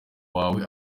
wawe